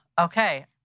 Okay